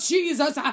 Jesus